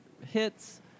hits